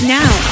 now